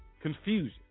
confusion